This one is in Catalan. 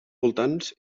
voltants